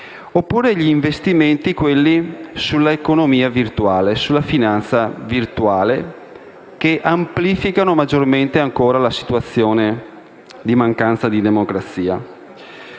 oppure gli investimenti sull'economia e sulla finanza virtuale, che amplificano ulteriormente la situazione di mancanza di democrazia.